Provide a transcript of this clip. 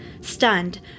stunned